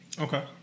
okay